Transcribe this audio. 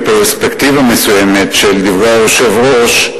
בפרספקטיבה מסוימת של דברי היושב-ראש,